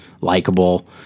likable